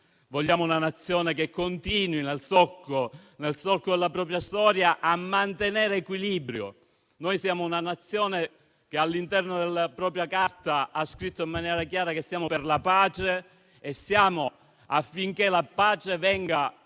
vogliamo una Nazione che continui, nel solco della propria storia, a mantenere l'equilibrio. La nostra è una Nazione che all'interno della propria Carta ha scritto in maniera chiara che è per la pace e affinché la pace venga